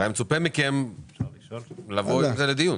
היה מצופה מכם לבוא עם זה לדיון.